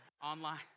Online